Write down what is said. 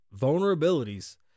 vulnerabilities